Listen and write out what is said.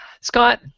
Scott